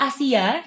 Asia